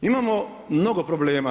Imamo mnogo problema.